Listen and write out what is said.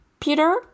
Peter